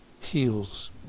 heals